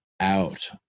out